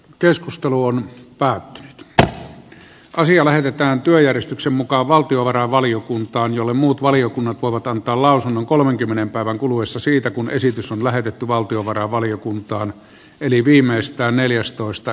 keskustelu on päättänyt että asia lähetetään työjärjestyksenmukavaltiovarainvaliokuntaan jolle muut valiokunnat voivat antaa lausunnon kolmenkymmenen päivän kuluessa siitä kun esitys on lähetetty valtiovarainvaliokunta eli viimeistään neljästoista